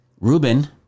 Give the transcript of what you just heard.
Ruben